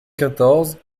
quatorze